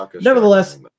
Nevertheless